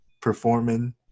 performing